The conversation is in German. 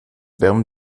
wärmen